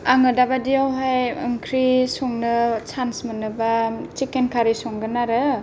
आङो दाबायदियाव हाय ओंख्रि संनो सान्स मोनोब्ला सिखकेन खारि संगोन आरो